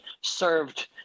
served